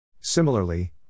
Similarly